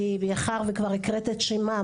אני מאחר וכבר הקראת את השמות,